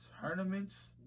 tournaments